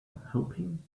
hoping